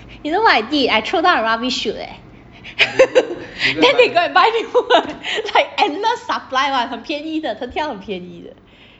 you know what I did I throw down a rubbish chute eh then they go and buy new one like endless supply [one] 很便宜的藤条很便宜的